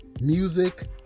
music